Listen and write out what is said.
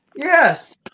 Yes